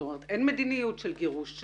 אין מדיניות של גירוש.